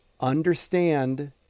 Understand